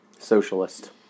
Socialist